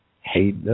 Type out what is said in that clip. hate